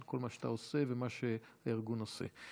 על כל מה שאתה עושה ומה שהארגון עושה.